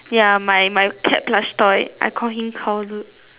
ya my my cat plush toy I call him